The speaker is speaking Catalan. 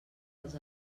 els